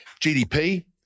GDP